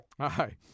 Hi